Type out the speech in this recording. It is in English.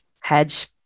hedge